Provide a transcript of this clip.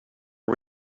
are